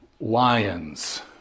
Lions